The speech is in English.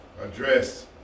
address